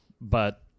but-